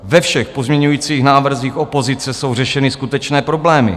Ve všech pozměňujících návrzích opozice jsou řešeny skutečné problémy.